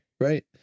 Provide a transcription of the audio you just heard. Right